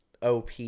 OP